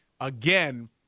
again